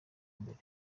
mbere